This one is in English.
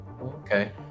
Okay